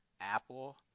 Apple